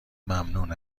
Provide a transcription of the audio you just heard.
ممنون